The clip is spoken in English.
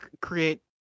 create